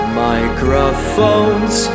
microphones